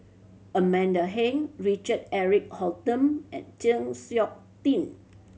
Amanda Heng Richard Eric Holttum and Chng Seok Tin